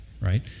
right